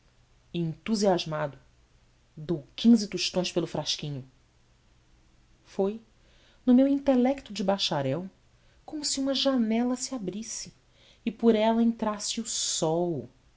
entusiasmado dou quinze tostões pelo frasquinho foi no meu intelecto de bacharel como se uma janela se abrisse e por ela entrasse o sol